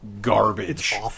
garbage